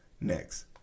next